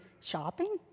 shopping